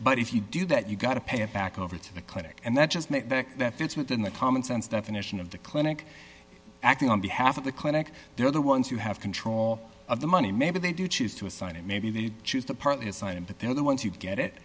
but if you do that you've got to pay it back over to the clinic and that just makes that fits within the commonsense definition of the clinic acting on behalf of the clinic they're the ones who have control of the money maybe they do choose to assign it maybe they choose to partly assign him but they're the ones who get it